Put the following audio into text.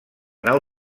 nau